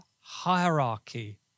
hierarchy